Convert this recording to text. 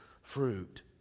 fruit